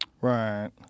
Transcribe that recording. right